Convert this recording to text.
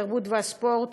התרבות והספורט